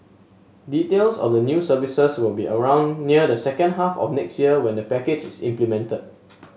details of the new services will be around near the second half of next year when the package is implemented